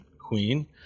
queen